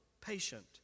patient